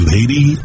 Lady